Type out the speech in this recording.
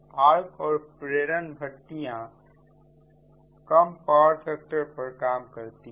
arc और प्रेरण भट्टियां कम पावर फैक्टर पर काम करती हैं